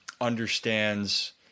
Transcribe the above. understands –